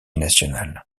nationales